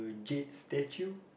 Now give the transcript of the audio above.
jade statue